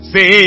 Say